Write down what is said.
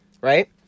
right